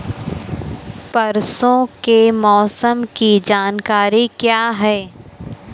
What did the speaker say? परसों के मौसम की जानकारी क्या है?